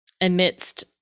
amidst